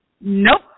Nope